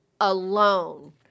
alone